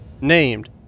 named